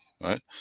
right